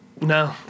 No